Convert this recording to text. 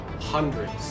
hundreds